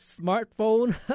smartphone